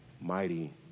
mighty